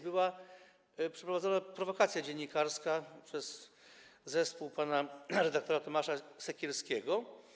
Była przeprowadzona prowokacja dziennikarska przez zespół pana redaktora Tomasza Sekielskiego.